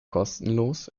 kostenlos